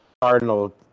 Cardinal